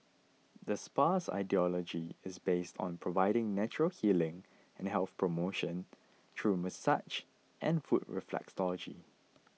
the spa's ideology is based on providing natural healing and health promotion through massage and foot reflexology